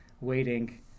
waiting